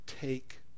Take